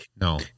No